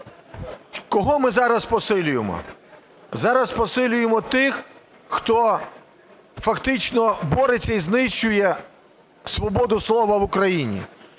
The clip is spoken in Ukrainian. Кого ми зараз посилюємо? Зараз посилюємо тих, хто фактично бореться і знищує свободу слова в Україні.